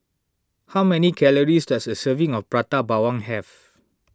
how many calories does a serving of Prata Bawang have